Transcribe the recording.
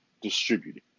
distributed